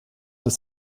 das